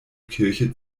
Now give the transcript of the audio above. kirche